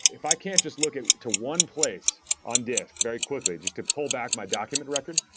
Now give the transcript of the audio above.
if i can just look it to one place on disk very quickly just to pull back my document record,